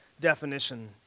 definition